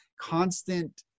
constant